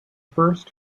first